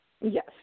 Yes